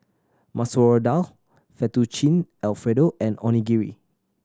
Masoor Dal Fettuccine Alfredo and Onigiri